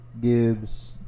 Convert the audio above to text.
Gibbs